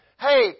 Hey